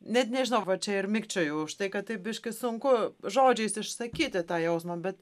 net nežinau va čia ir mikčioju už tai kad taip biški sunku žodžiais išsakyti tą jausmą bet